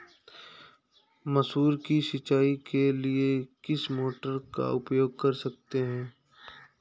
मसूर की सिंचाई के लिए किस मोटर का उपयोग कर सकते हैं?